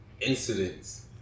incidents